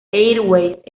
airways